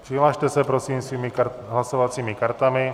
Přihlaste se prosím svými hlasovacími kartami.